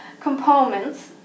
components